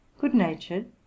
Good-natured